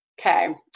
Okay